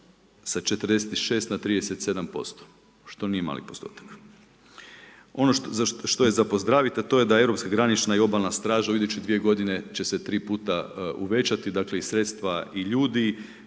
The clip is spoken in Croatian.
sa 46 na 37%, što nije mali postotak. Ono što je za pozdraviti, a to je da europska granična i obalna straža će se u iduće 2 godine će se 3 puta uvećati, dakle, i sredstva i ljudi.